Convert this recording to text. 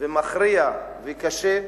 ומכריע וקשה,